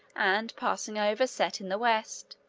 and, passing over, set in the west,